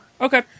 Okay